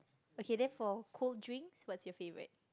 okay therefore cold drinks what's your favorite